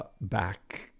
back